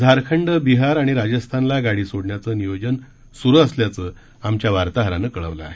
झारखंड बिहार आणि राजस्थानला गाडी सोडण्याचं नियोजन सुरू असल्याचं आमच्या वार्ताहरानं कळवलं आहे